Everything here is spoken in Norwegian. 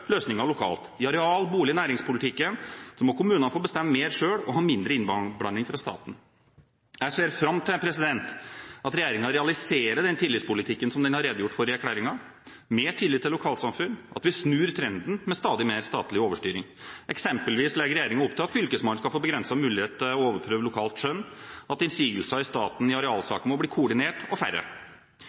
lokalt. I areal-, bolig- og næringspolitikken må kommunene få bestemme mer selv og ha mindre innblanding fra staten. Jeg ser fram til at regjeringen realiserer den tillitspolitikken som den har redegjort for i erklæringen – mer tillit til lokalsamfunnene, at vi snur trenden med stadig mer statlig overstyring. Eksempelvis legger regjeringen opp til at Fylkesmannen skal få begrenset mulighet til å overprøve lokalt skjønn, at innsigelsene fra staten i arealsaker må bli koordinert og færre.